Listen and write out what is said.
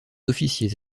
officiers